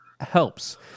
helps